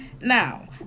Now